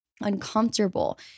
uncomfortable